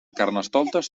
carnestoltes